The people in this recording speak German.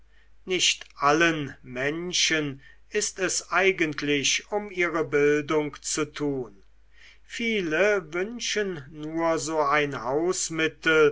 nicht allen menschen ist es eigentlich um ihre bildung zu tun viele wünschen nur so ein hausmittel